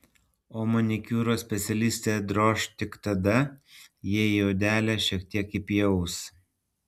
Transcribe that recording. o manikiūro specialistę droš tik tada jei į odelę šiek tiek įpjaus